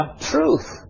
truth